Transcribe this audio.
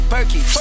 Perky